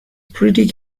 pretty